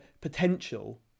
potential